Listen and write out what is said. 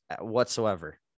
whatsoever